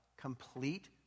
complete